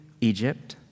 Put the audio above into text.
Egypt